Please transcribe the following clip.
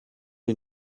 une